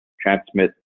transmit